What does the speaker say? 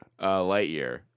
Lightyear